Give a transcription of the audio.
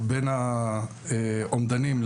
בישיבה שישבנו עם כל ענפי העל והמועדפים,